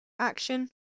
action